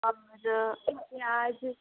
और एक प्याज